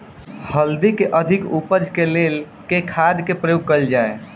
हल्दी केँ अधिक उपज केँ लेल केँ खाद केँ प्रयोग कैल जाय?